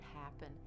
happen